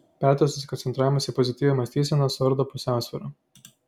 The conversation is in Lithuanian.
perdėtas susikoncentravimas į pozityvią mąstyseną suardo pusiausvyrą